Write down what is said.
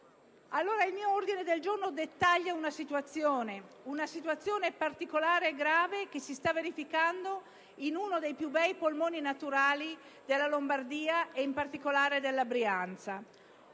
da me presentato dettaglia dunque una situazione particolare e grave che si sta verificando in uno dei più bei polmoni naturali della Lombardia, in particolare della Brianza.